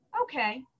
okay